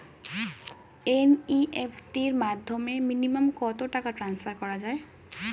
NEFT র মাধ্যমে minimum কত টাকা টান্সফার করা যায়?